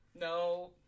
No